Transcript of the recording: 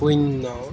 শূন্য